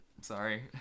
Sorry